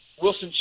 Wilson